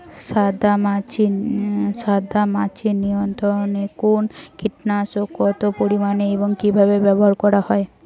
সাদামাছি নিয়ন্ত্রণে কোন কীটনাশক কত পরিমাণে এবং কীভাবে ব্যবহার করা হয়?